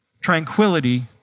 tranquility